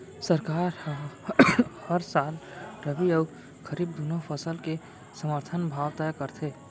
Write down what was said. सरकार ह हर साल रबि अउ खरीफ दूनो फसल के समरथन भाव तय करथे